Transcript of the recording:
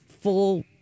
full